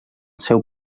seu